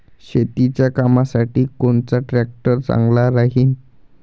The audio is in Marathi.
शेतीच्या कामासाठी कोनचा ट्रॅक्टर चांगला राहीन?